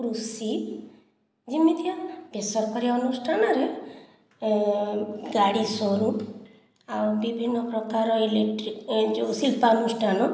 କୃଷି ଯେମିତିକା ବେସରକାରୀ ଅନୁଷ୍ଠାନରେ ଗାଡ଼ି ସୋରୁମ୍ ଆଉ ବିଭିନ୍ନ ପ୍ରକାର ଇଲେକଟ୍ରିକ୍ ଯେଉଁ ଶିଳ୍ପାନୁଷ୍ଠାନ